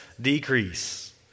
decrease